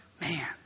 man